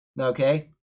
okay